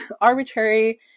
arbitrary